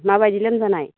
माबायदि लोमजानाय